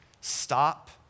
Stop